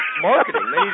marketing